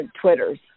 Twitters